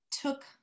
took